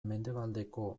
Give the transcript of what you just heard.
mendebaldeko